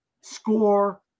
Score